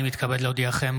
אני מתכבד להודיעכם,